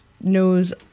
knows